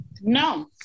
No